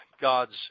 God's